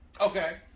Okay